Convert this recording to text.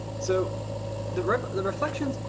so the the reflections.